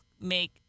make